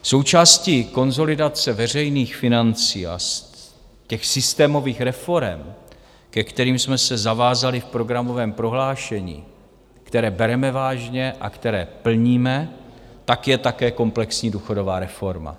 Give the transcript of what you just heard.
Součástí konsolidace veřejných financí a těch systémových reforem, ke kterým jsme se zavázali v programovém prohlášení, které bereme vážně a které plníme, je také komplexní důchodová reforma.